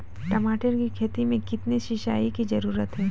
टमाटर की खेती मे कितने सिंचाई की जरूरत हैं?